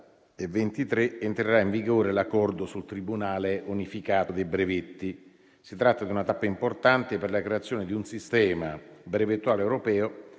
2023 entrerà in vigore l'accordo sul Tribunale unificato dei brevetti. Si tratta di una tappa importante per la creazione di un sistema brevettuale europeo,